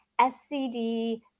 SCD